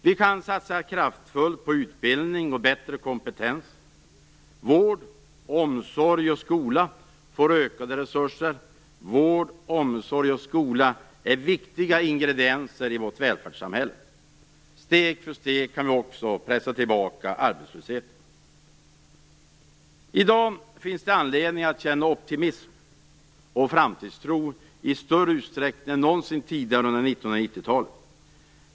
Vi kan satsa kraftfullt på utbildning och bättre kompetens. Vård, omsorg och skola får ökade resurser. Vård, omsorg och skola är viktiga ingredienser i vårt välfärdssamhälle. Steg för steg kan vi också pressa tillbaka arbetslösheten. I dag finns det anledning att känna optimism och framtidstro i större utsträckning än någonsin tidigare under 1990-talet.